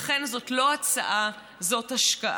לכן זאת לא הצעה, זאת השקעה.